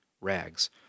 rags